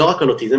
לא רק על אוטיזם,